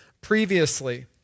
previously